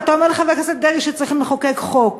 ואתה אומר לחבר הכנסת דרעי שצריכים לחוקק חוק.